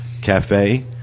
Cafe